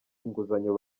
inguzanyo